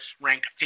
ranked